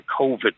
COVID